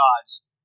gods